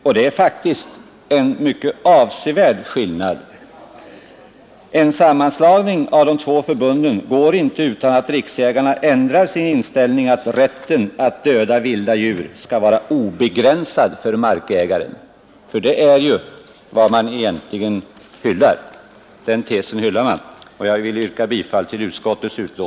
Och det är faktiskt en avsevärd skillnad. En sammanslagning av de två förbunden går inte att genomföra utan att Nr 62 Jägarnas riksförbund-Landsbygdens jägare ändrar sin inställning,—att Torsdagen den markägaren har obegränsad rätt att döda vilda djur — det är nämligen den 20 april 1972 tes de hyllar. on Statligt stöd till Jag vill yrka bifall till utskottets hemställan.